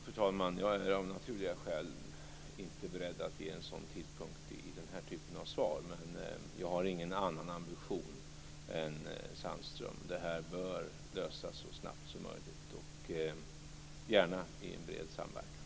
Fru talman! Jag är av naturliga skäl inte beredd att ge en sådan tidpunkt i den här typen av svar, men jag har ingen annan ambition än Åke Sandström. Det här bör lösas så snabbt som möjligt och gärna i en bred samverkan.